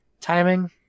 timing